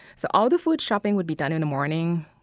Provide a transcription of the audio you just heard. so all the food shopping would be done in the morning